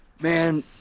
Man